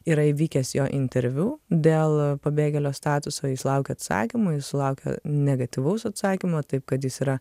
yra įvykęs jo interviu dėl pabėgėlio statuso jis laukė atsakymo jis sulaukė negatyvaus atsakymo taip kad jis yra